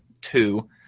two